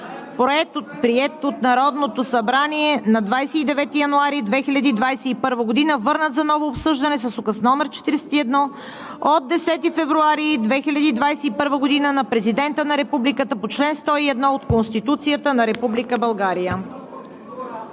приет от Народното събрание на 29 януари 2021 г., върнат за ново обсъждане с Указ № 41 от 10 февруари 2021 г. на Президента на Републиката по чл. 101 от Конституцията на Република България.